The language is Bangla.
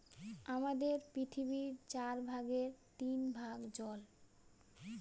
আমাদের পৃথিবীর চার ভাগের তিন ভাগ জল